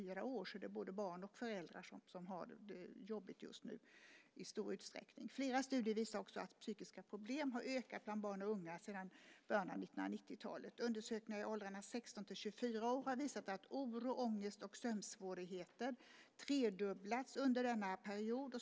Det är alltså i stor utsträckning både barn och föräldrar som har det jobbigt just nu. Flera studier visar också att psykiska problem har ökat bland barn och unga sedan början av 1990-talet. Undersökningar i åldrarna 16-24 år har visat att oro, ångest och sömnsvårigheter har tredubblats under denna period.